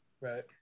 Right